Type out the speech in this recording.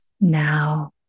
now